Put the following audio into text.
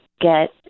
get